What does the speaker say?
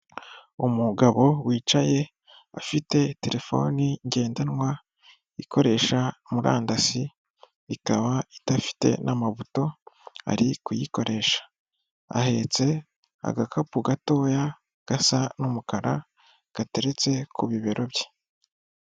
Umugabo wicaye afite telefoni ngendanwa ikoresha murandasi, ikaba idafite n'amabuto ari kuyikoresha. Ahetse agakapu gatoya gasa n'umukara gateretse ku bibero bye.